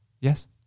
Yes